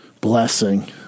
blessing